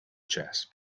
chess